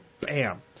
bam